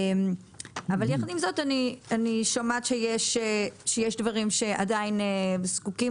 אבל יחד עם זאת אני שומעת שיש דברים שעדיין זקוקים